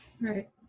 right